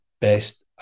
best